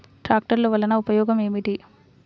ట్రాక్టర్లు వల్లన ఉపయోగం ఏమిటీ?